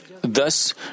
Thus